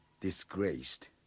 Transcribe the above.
disgraced